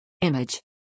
Image